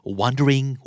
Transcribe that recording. wondering